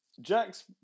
Jack's